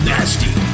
Nasty